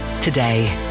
today